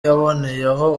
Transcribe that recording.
yaboneyeho